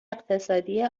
اقتصادی